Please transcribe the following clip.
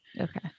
Okay